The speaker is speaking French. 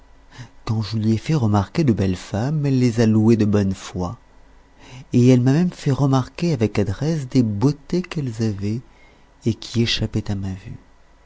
quand je lui ai fait remarquer de belles femmes elle les a louées de bonne fois et elle m'a même fait remarquer avec adresse des beautés qu'elles avaient et qui échappaient à ma vue